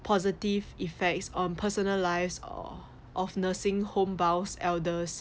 positive effects on personal lives or of nursing home bound elders